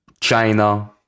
China